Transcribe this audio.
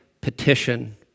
petition